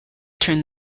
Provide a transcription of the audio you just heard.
turn